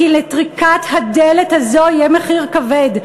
כי לטריקת הדלת הזאת יהיה מחיר כבד.